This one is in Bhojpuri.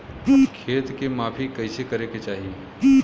खेत के माफ़ी कईसे करें के चाही?